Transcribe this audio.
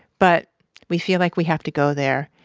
but we feel like we have to go there,